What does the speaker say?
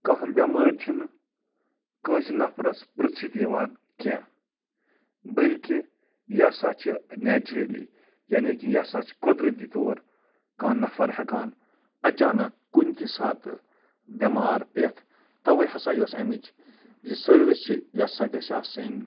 کانٛہہ بٮ۪مٲرۍ چھِنہٕ کٲنٛسہِ نَفرَس پٕرٛژھِتھ یِوان کیٚنٛہہ بٔلکہِ یہِ ہَسا چھِ نیچرٔلی یعنی کہِ یہِ ہَسا چھِ قۄدرٔتی طور کانٛہہ نَفَر ہٮ۪کان اَچانک کُنۍ تہِ ساتہٕ بٮ۪مار پٮ۪تھ تَوَے ہَسا یۄس اَمِچ یہِ سٔروِس چھِ یہِ ہَسا گَژھِ آسٕنۍ